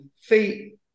feet